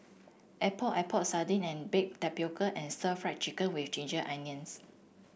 Epok Epok Sardin and bake tapioca and Stir Fried Chicken with Ginger Onions